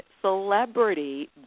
celebrity